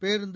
பேருந்து